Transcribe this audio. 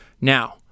Now